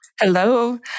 Hello